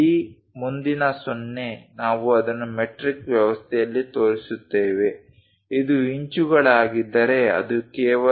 ಈ ಮುಂದಿನ 0 ನಾವು ಅದನ್ನು ಮೆಟ್ರಿಕ್ ವ್ಯವಸ್ಥೆಯಲ್ಲಿ ತೋರಿಸುತ್ತೇವೆ ಅದು ಇಂಚುಗಳಾಗಿದ್ದರೆ ಅದು ಕೇವಲ